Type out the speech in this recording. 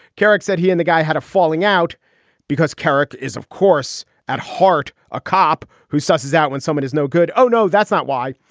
kerik said he and the guy had a falling out because kerik is, of course, at heart a cop who says his out when someone is no good. oh, no, that's not why.